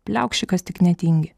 pliaukši kas tik netingi